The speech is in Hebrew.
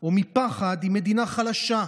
או מפחד היא מדינה חלשה.